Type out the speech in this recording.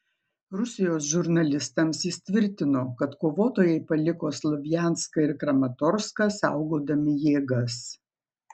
rusijos žurnalistams jis tvirtino kad kovotojai paliko slovjanską ir kramatorską saugodami jėgas